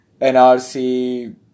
NRC